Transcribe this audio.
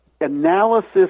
analysis